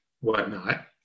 whatnot